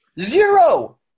Zero